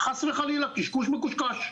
חס וחלילה, קשקוש מקושקש.